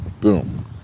boom